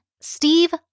Steve